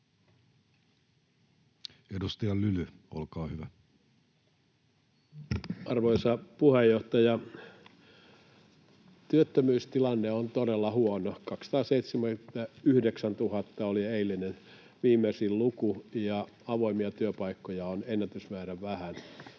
Time: 13:11 Content: Arvoisa puheenjohtaja! Työttömyystilanne on todella huono: 279 000 oli eilinen viimeisin luku, ja avoimia työpaikkoja on ennätysmäärän vähän.